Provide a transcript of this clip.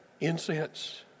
incense